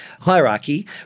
Hierarchy